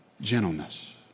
gentleness